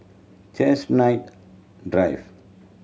Chestnut Drive